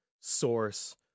source